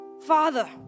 Father